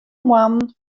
moannen